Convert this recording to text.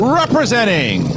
representing